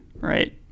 right